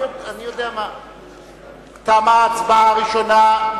תמה ההצבעה הראשונה.